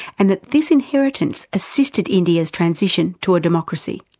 and that this inheritance assisted india's transition to a democracy.